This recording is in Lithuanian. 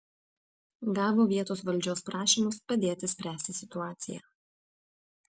gavo vietos valdžios prašymus padėti spręsti situaciją